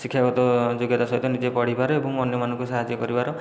ଶିକ୍ଷାଗତ ଯୋଗ୍ୟତା ସହିତ ନିଜେ ପଢ଼ିବାର ଏବଂ ଅନ୍ୟମାନଙ୍କୁ ସାହାଯ୍ୟ କରିବାର